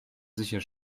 sicher